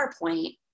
PowerPoint